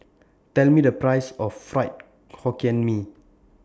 Tell Me The Price of Fried Hokkien Mee